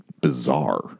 bizarre